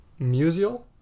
Musial